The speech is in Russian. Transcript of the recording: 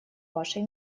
вашей